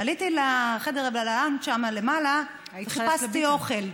עליתי לחדר שם למעלה וחיפשתי אוכל.